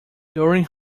during